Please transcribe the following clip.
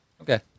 Okay